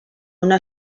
una